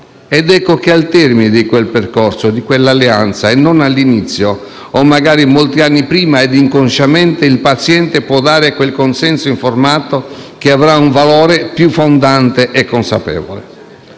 Ecco che al termine di quel percorso e di quell'alleanza - e non all'inizio, o magari molti anni prima ed inconsciamente - il paziente può dare quel consenso informato che avrà un valore più fondante e consapevole.